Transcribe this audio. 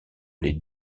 les